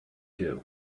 two